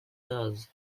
does